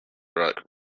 brought